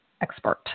expert